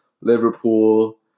Liverpool